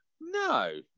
No